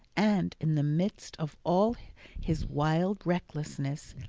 and in the midst of all his wild restlessness,